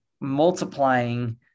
multiplying